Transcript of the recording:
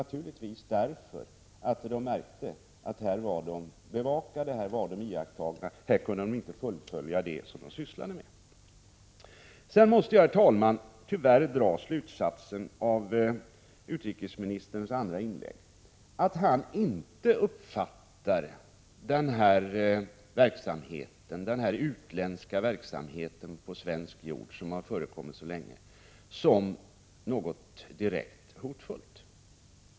Naturligtvis därför att de märkte att de var bevakade, iakttagna och då inte kunde fullfölja det som de sysslade med. Herr talman! Av utrikesministerns andra inlägg måste jag tyvärr dra slutsatsen att han inte uppfattar den här utländska verksamheten, som har förekommit så länge på svensk mark, som något direkt hotfullt.